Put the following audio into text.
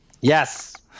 Yes